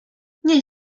nie